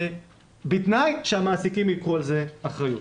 בתנאי שהמעסיקים ייקחו על זה אחריות.